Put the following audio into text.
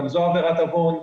גם זו עבירת עוון.